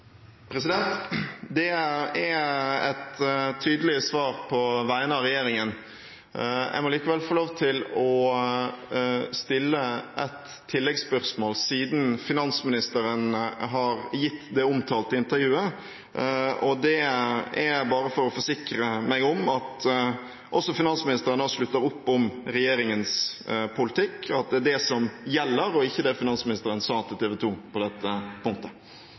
arbeid. Det er et tydelig svar på vegne av regjeringen. Jeg må likevel få lov til å stille et tilleggsspørsmål, siden finansministeren har gitt det omtalte intervjuet, og det er bare for å forsikre meg om at også finansministeren slutter opp om regjeringens politikk, og at det er det som gjelder, og ikke det som finansministeren sa på TV 2 på dette punktet.